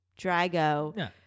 Drago